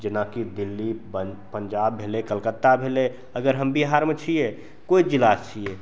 जेनाकि दिल्ली पञ्जाब भेलै कलकत्ता भेलै अगर हम बिहारमे छिए कोइ जिलासे छिए